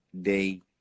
day